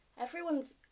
everyone's